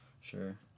sure